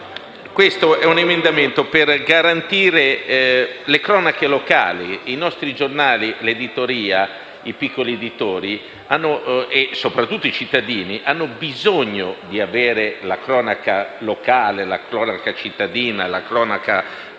firma, è volto a garantire le cronache locali. I nostri giornali, l'editoria, i piccoli editori e soprattutto i cittadini hanno bisogno di avere la cronaca locale, la cronaca cittadina, la cronaca